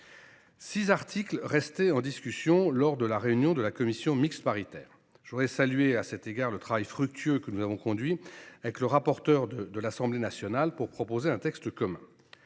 Six articles restaient donc en discussion lors de la réunion de la commission mixte paritaire (CMP). Je salue à cet égard le travail fructueux que nous avons conduit avec le rapporteur de l’Assemblée nationale pour proposer un texte commun.